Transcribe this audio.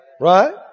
Right